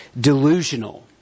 delusional